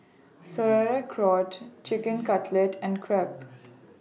Sauerkraut Chicken Cutlet and Crepe